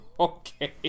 Okay